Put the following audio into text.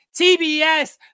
TBS